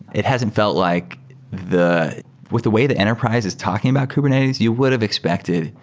it hasn't felt like the with the way the enterprise is talking about kubernetes, you would've expected